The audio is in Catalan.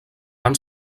van